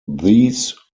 these